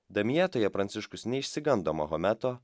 damjetoje pranciškus neišsigando mahometo